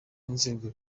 inzego